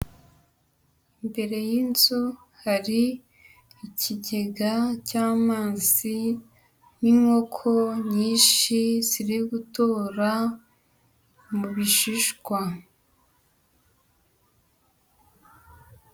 Imbere y'inzu hari ikigega cy'amazi n'inkoko nyinshi zirigutora mu bishishwa.